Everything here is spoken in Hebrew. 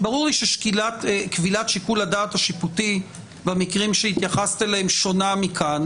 ברור לי שכבילת שיקול הדעת השיפוטי במקרים שהתייחסת אליהם שונה מכאן,